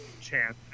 chance